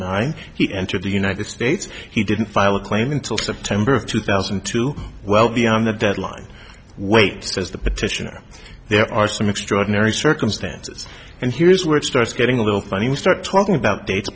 nine he entered the united states he didn't file a claim until september of two thousand and two well beyond the deadline wait as the petitioner there are some extraordinary circumstances and here's where it starts getting a little funny we start talking about dates